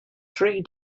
three